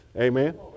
Amen